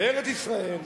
בארץ-ישראל,